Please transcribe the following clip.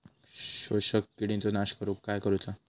शोषक किडींचो नाश करूक काय करुचा?